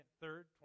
third